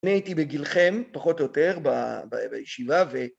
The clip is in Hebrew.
אני הייתי בגילכם, פחות או יותר, בישיבה ו...